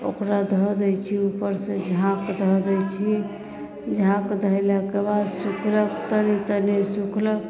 तऽ ओकरा धऽ दै छी ऊपर से झाँप धऽ दै छी झाँप धयलाके बाद सुखलै तनी तनी सुखलै